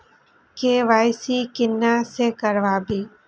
KYC किनका से कराबी?